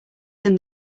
than